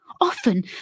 Often